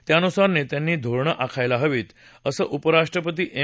त्यानुसार नेत्यांनी धोरणं आखायला हवीत असं उपराष्ट्रपती एम